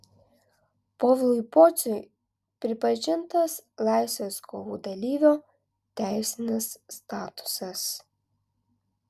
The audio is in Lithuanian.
povilui pociui pripažintas laisvės kovų dalyvio teisinis statusas